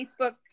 Facebook